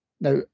now